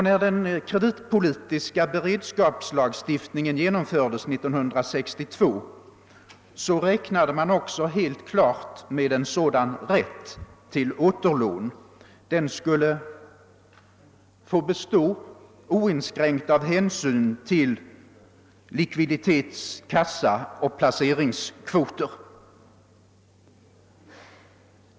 När den kreditpolitiska beredskapslagstiftningen genomfördes år 1962 räknade man också helt klart med en sådan rätt till återlån. Den skulle få bestå utan att inskränkas av några hänsyn till likviditets-, kassaoch placeringskvoter.